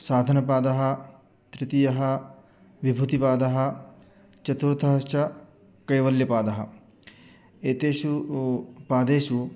साधनपादः तृतीयः विभूतिपादः चतुर्थः च कैवल्यपादः एतेषु पादेषु